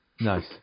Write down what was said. Nice